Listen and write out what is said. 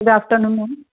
good afternoon ma'am